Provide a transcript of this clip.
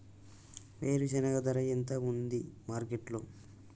వేరుశెనగ ధర ఎంత ఉంది మార్కెట్ లో?